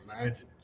imagine